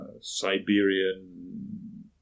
Siberian